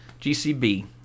GCB